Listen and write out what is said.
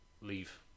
leave